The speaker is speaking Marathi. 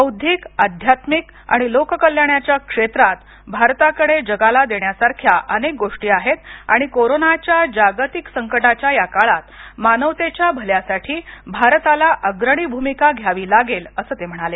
बौद्धिक आध्यात्मिक आणि लोककल्याणाच्या क्षेत्रात भारताकडे जगाला देण्यासारख्या अनेक गोष्टी आहेत आणि कोरोनाच्या जागतिक संकटाच्या या काळात मानवतेच्या भल्यासाठी भारताला अग्रणी भूमिका घ्यावी लागेल असं ते म्हणाले